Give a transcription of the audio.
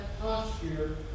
posture